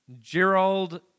Gerald